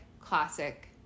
classic